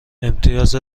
امتیاز